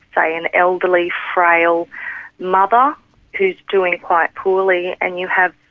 say an elderly, frail mother who's doing quite poorly, and you have,